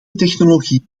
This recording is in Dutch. technologie